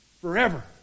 forever